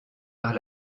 par